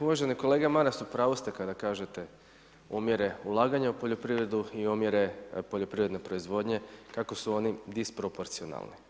Uvaženi kolega Maras, u pravu ste kada kažete, umire ulaganja u poljoprivredu i umire poljoprivredne proizvodnje, kako su oni disproporcionalni.